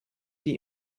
die